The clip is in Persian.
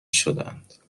شدند